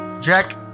Jack